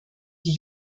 die